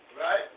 Right